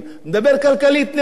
מדבר כלכלית נטו,